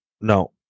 No